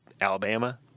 Alabama